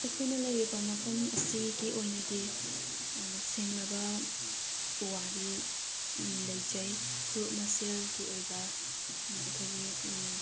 ꯑꯩꯈꯣꯏꯅ ꯂꯩꯔꯤꯕ ꯃꯐꯝ ꯑꯁꯤꯒꯤ ꯑꯣꯏꯅꯗꯤ ꯁꯦꯡꯂꯕ ꯄꯨꯋꯥꯔꯤ ꯂꯩꯖꯩ ꯐꯨꯔꯨꯞ ꯃꯁꯦꯜꯒꯤ ꯑꯣꯏꯕ ꯑꯩꯈꯣꯏꯒꯤ